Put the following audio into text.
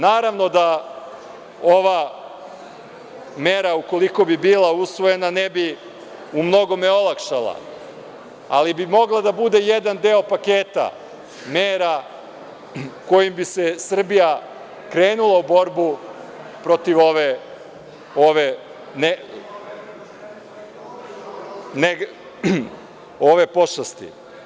Naravno da ova mera, ukoliko bi bila usvojena, ne bi u mnogome olakšala, ali bi mogla da bude jedan deo paketa mera kojim bi Srbija krenula u borbu protiv ove pošasti.